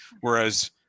Whereas